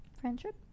Friendship